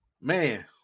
man